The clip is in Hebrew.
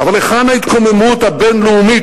אבל היכן ההתקוממות הבין-לאומית,